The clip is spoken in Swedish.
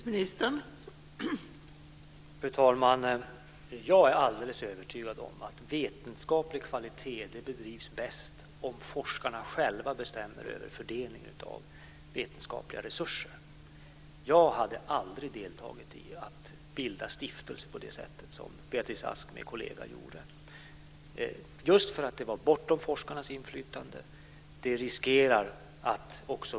Fru talman! Jag är alldeles övertygad om att vetenskaplig kvalitet skapas bäst om forskarna själva bestämmer över fördelningen av vetenskapliga resurser. Jag hade aldrig deltagit i att bilda stiftelser på det sätt som Beatrice Ask med kollega gjorde just för att det var bortom forskarnas inflytande.